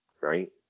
Right